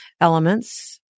elements